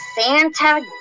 Santa